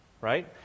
Right